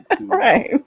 right